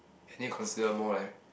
then you consider more like